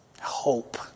hope